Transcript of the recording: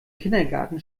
kindergarten